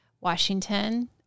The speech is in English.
Washington